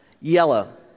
yellow